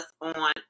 on